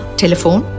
telephone